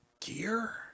gear